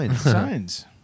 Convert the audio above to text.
Signs